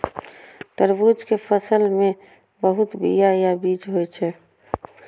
तरबूज के फल मे बहुत बीया या बीज होइ छै